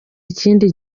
ikindi